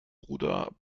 bruder